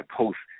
post